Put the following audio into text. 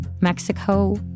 Mexico